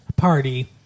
Party